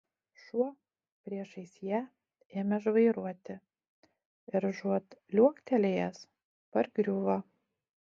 šuo priešais ją ėmė žvairuoti ir užuot liuoktelėjęs pargriuvo